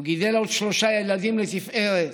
הוא גידל עוד שלושה ילדים לתפארת,